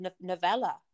novella